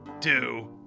two